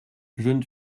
jeune